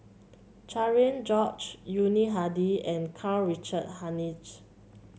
Cherian George Yuni Hadi and Karl Richard Hanitsch